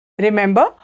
Remember